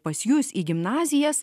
pas jus į gimnazijas